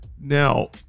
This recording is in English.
Now